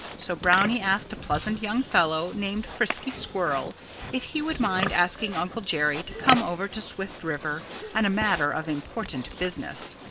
so brownie asked a pleasant young fellow named frisky squirrel if he would mind asking uncle jerry to come over to swift river on a matter of important business.